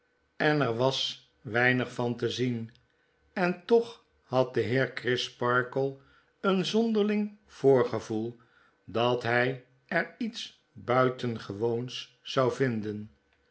en er was weinig van te zien en toch had de heer grisparkle een zonderling voorgevoel dat hy er lets buitengewoons zou vinden